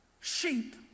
Sheep